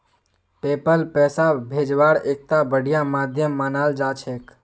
PayPal पैसा भेजवार एकता बढ़िया माध्यम मानाल जा छेक